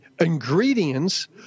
ingredients